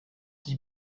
die